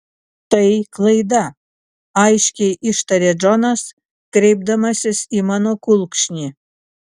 tai klaida aiškiai ištaria džonas kreipdamasis į mano kulkšnį